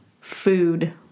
food